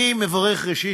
ראשית,